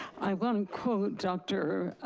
i want to quote dr.